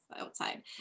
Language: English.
outside